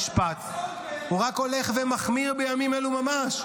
המשבר העמוק עם מערכת המשפט רק הולך ומחמיר בימים אלו ממש,